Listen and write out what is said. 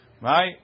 Right